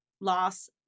loss